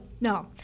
no